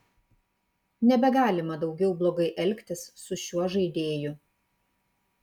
nebegalima daugiau blogai elgtis su šiuo žaidėju